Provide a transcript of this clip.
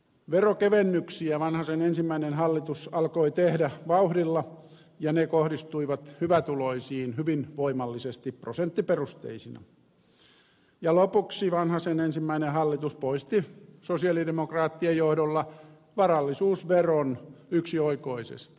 veronkevennyksiä vanhasen ensimmäinen hallitus alkoi tehdä vauhdilla ja ne kohdistuivat hyvätuloisiin hyvin voimallisesti prosenttiperusteisina ja lopuksi vanhasen ensimmäinen hallitus poisti sosialidemokraattien johdolla varallisuusveron yksioikoisesti